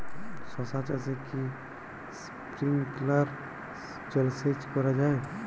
শশা চাষে কি স্প্রিঙ্কলার জলসেচ করা যায়?